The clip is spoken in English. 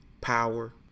power